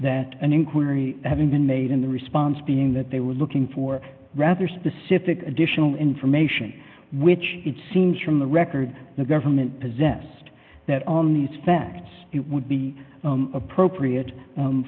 that an inquiry having been made in the response being that they were looking for rather specific additional information which it seems from the record the government possessed that on these facts it would be appropriate